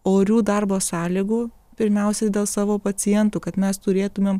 orių darbo sąlygų pirmiausia dėl savo pacientų kad mes turėtumėm